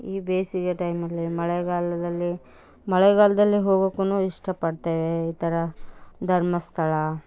ಈ ಬೇಸಿಗೆ ಟೈಮಲ್ಲಿ ಮಳೆಗಾಲದಲ್ಲಿ ಮಳೆಗಾಲದಲ್ಲಿ ಹೋಗೋಕ್ಕೂನು ಇಷ್ಟಪಡ್ತೇವೆ ಈ ಥರ ಧರ್ಮಸ್ಥಳ